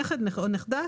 נכד או נכד,